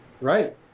Right